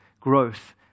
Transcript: growth